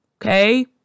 okay